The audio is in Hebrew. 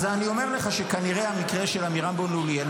אז אני אומר לך שכנראה המקרה של עמירם בן אוליאל,